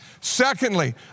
Secondly